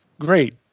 great